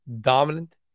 dominant